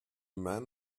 man